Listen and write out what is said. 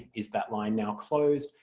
is that line now closed?